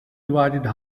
divided